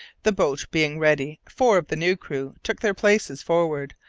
the boat being ready, four of the new crew took their places forward,